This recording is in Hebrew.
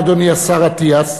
אדוני השר אטיאס,